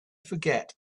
forget